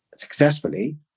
successfully